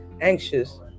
anxious